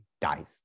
dies